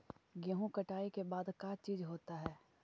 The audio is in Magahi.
गेहूं कटाई के बाद का चीज होता है?